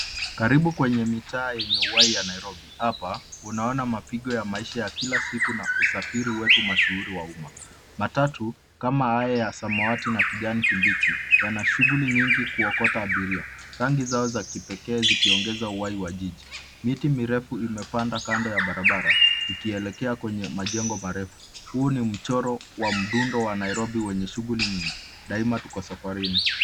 Karibu kwenye mitaa yenye uhai ya Nairobi hapa unaona mapigo ya maisha ya kila siku na usafiri wetu mashuhuri wa umma, matatu kama haya ya samawati na kijani kibichi yana shughuli nyingi kuokota abiria rangi zao za kipekee zikiongeza uhai wa jiji, miti mirefu imepanda kando ya barabara ikielekea kwenye majengo marefu huu ni mchoro wa mdundo wa Nairobi wenye shughuli nyingi daima tuko.